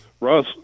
Russ